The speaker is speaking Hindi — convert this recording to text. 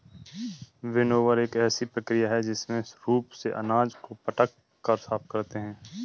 विनोवर एक ऐसी प्रक्रिया है जिसमें रूप से अनाज को पटक कर साफ करते हैं